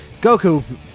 Goku